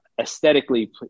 aesthetically